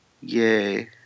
Yay